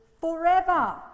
forever